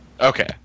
Okay